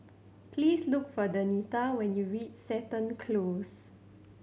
please look for Denita when you reach Seton Close